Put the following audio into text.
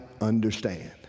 understand